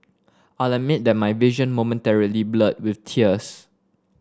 I'll admit that my vision momentarily blurred with tears